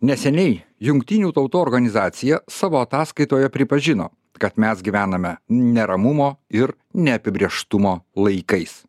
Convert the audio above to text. neseniai jungtinių tautų organizacija savo ataskaitoje pripažino kad mes gyvename neramumo ir neapibrėžtumo laikais